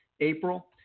April